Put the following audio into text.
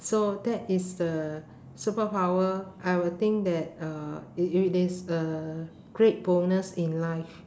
so that is the superpower I would think that uh it it is a great bonus in life